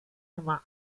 immer